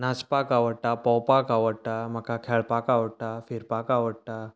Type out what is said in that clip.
नाचपाक आवडटा पोंवपाक आवडटा म्हाका खेळपाक आवडटा फिरपाक आवडटा